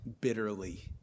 bitterly